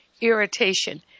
irritation